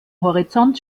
horizont